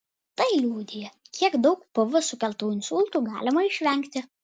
tai liudija kiek daug pv sukeltų insultų galima išvengti